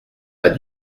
pas